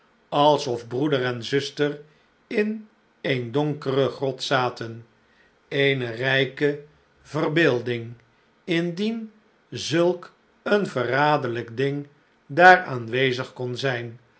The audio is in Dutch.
alsof broeder en zuster in een donkere grot zaten eene rijke verbeelding indien zulk een verraderlijk ding daar aanwezig kon zijn